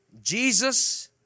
Jesus